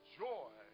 joy